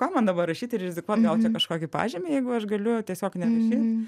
kam man dabar rašyt ir rizikuot gaut čia kažkokį pažymį jeigu aš galiu tiesiog nerašyt